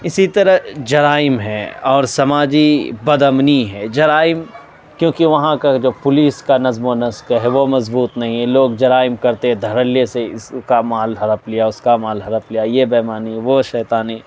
اسی طرح جرائم ہیں اور سماجی بد امنی ہے جرائم کیونکہ وہاں کا جو پولیس کا نظم و نسق ہے وہ مضبوط نہیں ہے لوگ جرائم کرتے دھڑلے سے اس کا مال ہڑپ لیا اس کا مال ہڑپ لیا یہ بے ایمانی وہ شیطانی